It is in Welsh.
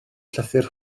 llythyr